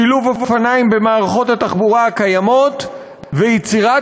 שילוב אופניים במערכות התחבורה הקיימות ויצירת